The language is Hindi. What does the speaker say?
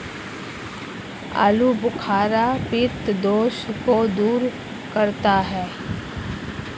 आलूबुखारा पित्त दोष को दूर करता है